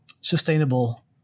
sustainable